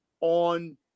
on –